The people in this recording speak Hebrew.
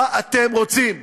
מה אתם רוצים?